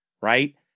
Right